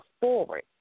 forward